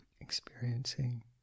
experiencing